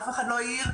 אף אחד לא העיר,